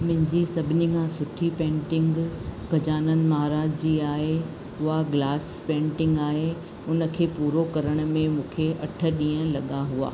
मुंहिंजी सभिनी खां सुठी पेंटींग गजानन महाराज जी आहे उहा ग्लास पेंटींग आहे उन खे पूरो करण में मूंखे अठ ॾींहुं लॻा हुआ